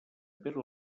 pere